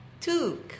two